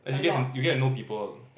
as in you get to get to know people